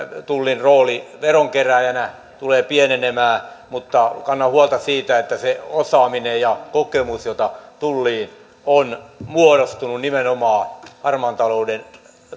tullin rooli veronkerääjänä tulee pienenemään mutta kannan huolta siitä että se osaaminen ja kokemus jota tulliin on muodostunut nimenomaan harmaan talouden